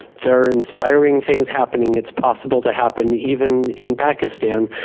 there are inspiring things happening. it's possible to happen even in pakistan.